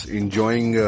enjoying